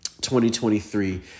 2023